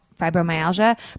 fibromyalgia